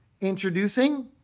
introducing